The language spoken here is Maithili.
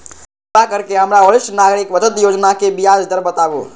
कृपा करके हमरा वरिष्ठ नागरिक बचत योजना के ब्याज दर बताबू